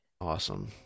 Awesome